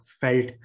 felt